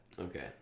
Okay